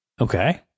Okay